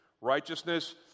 Righteousness